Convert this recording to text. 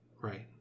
Right